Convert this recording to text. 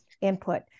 input